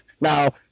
Now